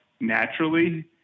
naturally